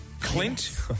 Clint